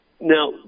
Now